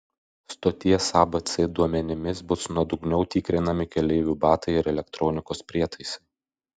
stoties abc duomenimis bus nuodugniau tikrinami keleivių batai ir elektronikos prietaisai